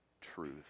truth